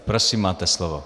Prosím, máte slovo.